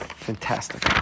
Fantastic